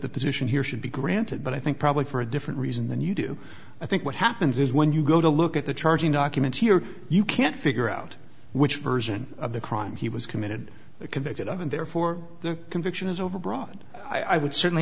the position here should be granted but i think probably for a different reason than you do i think what happens is when you go to look at the charging document here you can't figure out which version of the crime he was committed convicted of and therefore the conviction is overbroad i would certainly